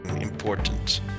important